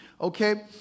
okay